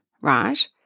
right